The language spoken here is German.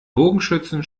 bogenschützen